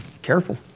careful